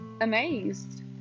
amazed